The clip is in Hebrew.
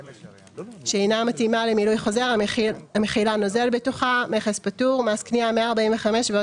שאינה מתאימה למילוי חוזר המכילה נוזל בתוכהפטור145% +